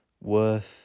worth